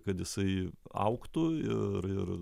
kad jisai augtų ir ir